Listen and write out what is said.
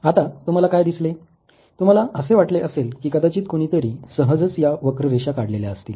आता तुम्हाला काय दिसले तुम्हाला असे वाटले असेल कि कदाचित कोणीतरी सहजच या वक्र रेषा काढलेल्या असतील